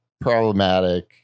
problematic